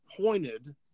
pointed